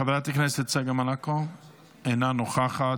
חברת הכנסת צגה מלקו, אינה נוכחת,